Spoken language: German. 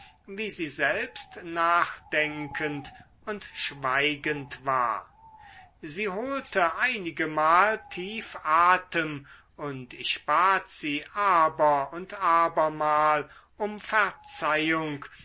wie sie selbst nachdenkend und schweigend war sie holte einigemal tief atem und ich bat sie aber und abermal um verzeihung